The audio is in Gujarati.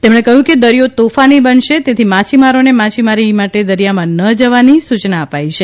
તેમણે કહ્યું કે દરિયો તોફાની બનશે તેથી માછીમારોને માછીમારી માટે દરિયામા ન જવાની સૂચના અપાઇ છે